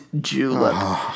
julep